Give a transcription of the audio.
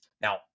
Now